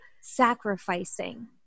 sacrificing